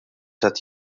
qed